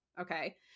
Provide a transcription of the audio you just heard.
okay